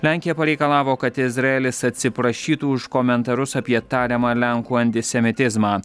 lenkija pareikalavo kad izraelis atsiprašytų už komentarus apie tariamą lenkų antisemitizmą